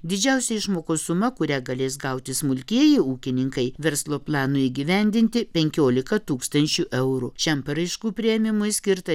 didžiausia išmokų suma kurią galės gauti smulkieji ūkininkai verslo planui įgyvendinti penkiolika tūkstančių eurų šiam paraiškų priėmimui skirta